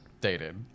dated